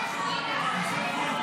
להעביר לוועדה